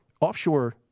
Offshore